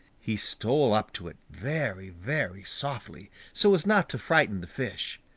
he stole up to it very, very softly, so as not to frighten the fish.